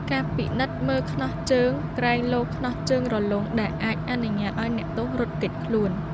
ការពិនិត្យមើលខ្នោះជើង ក្រែងលោខ្នោះជើងរលុង ដែលអាចអនុញ្ញាតឱ្យអ្នកទោសរត់គេចខ្លួន។